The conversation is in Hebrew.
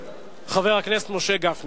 חבר הכנסת משה גפני.